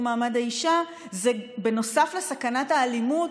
מעמד האישה זה שנוסף לסכנת האלימות,